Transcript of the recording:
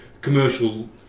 commercial